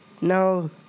No